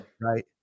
right